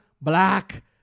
black